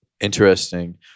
Interesting